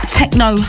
techno